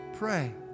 Pray